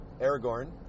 Aragorn